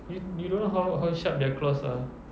you you don't know how how sharp their claws are